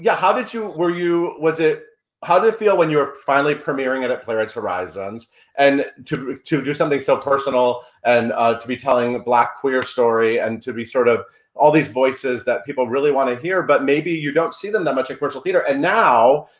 yeah how did you, were you, how did it feel when you were finally premiering it at playwrights horizons and to to do something so personal and to be telling a black queer story and to be sort of all these voices that people really wanna hear but maybe you don't see them that much in commercial theater and now,